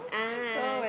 ah